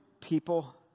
people